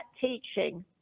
teaching